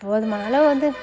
போதுமான அளவு வந்து